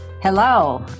Hello